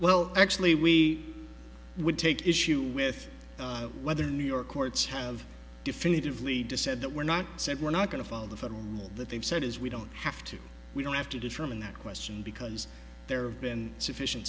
well actually we would take issue with whether the new york courts have definitively decide that we're not said we're not going to file the federal rule that they've said is we don't have to we don't have to determine that question because there have been sufficient